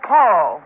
Paul